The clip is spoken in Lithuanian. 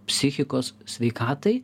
psichikos sveikatai